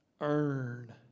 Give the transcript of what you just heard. earn